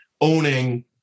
owning